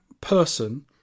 person